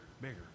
bigger